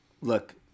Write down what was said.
Look